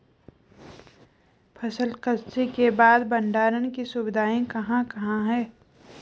फसल कत्सी के बाद भंडारण की सुविधाएं कहाँ कहाँ हैं?